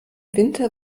winter